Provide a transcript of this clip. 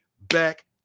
back